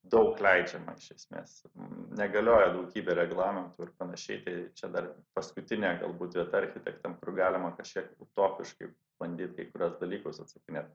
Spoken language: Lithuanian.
daug leidžiama iš esmės negalioja daugybė reglamentų ir panašiai tai čia dar paskutinė galbūt vieta architektam kur galima kažkiek utopiškai bandyt kai kuriuos dalykus atsakinėt